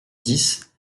dix